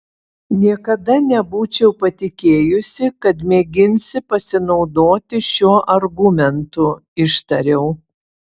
niekada nebūčiau patikėjusi kad mėginsi pasinaudoti šiuo argumentu ištariau